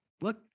look